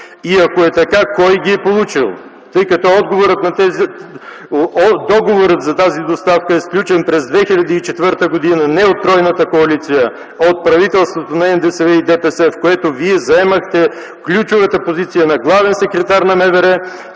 и ако е така, кой ги е получил? Тъй като договорът за тази доставка е сключен през 2004 г. не от тройната коалиция, а от правителството на НДСВ и ДПС, в което Вие заемахте ключовата позиция на главен секретар на МВР,